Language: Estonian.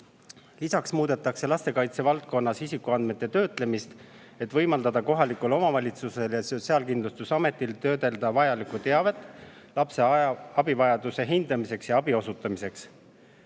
Lisaks muudetakse lastekaitse valdkonnas isikuandmete töötlemist, et võimaldada kohalikul omavalitsusel ja Sotsiaalkindlustusametil töödelda vajalikku teavet lapse abivajaduse hindamiseks ja talle abi osutamiseks.